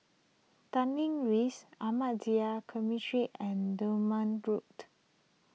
Tanglin Rise Ahmadiyya Cemetery and Durban Road